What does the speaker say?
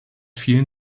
fielen